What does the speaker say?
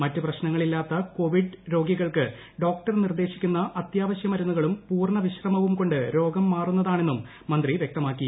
മറ്റ് പ്രശ്നങ്ങളില്ലാത്ത കോവിഡ് ്രരോഗികൾക്ക് ഡോക്ടർ നിർദേശിക്കുന്ന് അത്യാവശ്യ മരുന്നുകളും പൂർണ വിശ്രമവും ് കൊണ്ട് രോഗം മാറുന്നതാണെന്നും മന്ത്രി വൃക്തമാക്കി